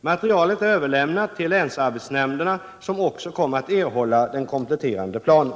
Materialet är överlämnat till länsarbetsnämnderna, som också kommer att erhålla den kompletterande planen.